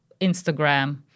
Instagram